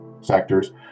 sectors